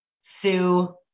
sue